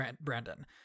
Brandon